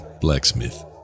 Blacksmith